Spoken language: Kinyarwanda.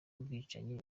ubwicanyi